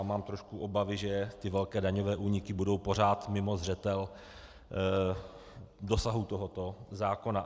Mám trošku obavu, že ty velké daňové úniky budou pořád mimo zřetel dosahu tohoto zákona.